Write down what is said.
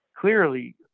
clearly